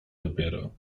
dopiero